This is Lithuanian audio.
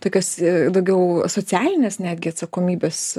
tikios daugiau socialinės netgi atsakomybės